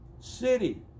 city